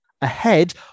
ahead